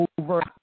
over